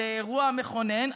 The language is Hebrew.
זה אירוע מכונן,